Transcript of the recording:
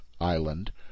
Island